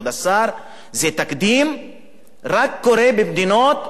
זה תקדים שקורה רק במדינות עם משטרים פאשיסטיים.